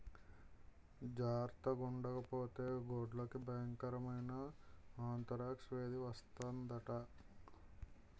జార్తగుండకపోతే గొడ్లకి బయంకరమైన ఆంతరాక్స్ వేది వస్తందట